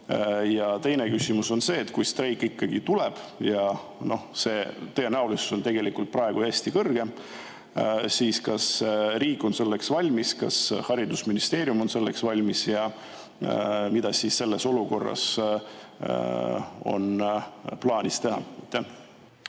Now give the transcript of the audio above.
Ja teine küsimus: kui streik ikkagi tuleb – ja selle tõenäosus on tegelikult praegu hästi kõrge –, siis kas riik on selleks valmis, kas haridusministeerium on selleks valmis ja mida selles olukorras on plaanis teha?